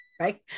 Right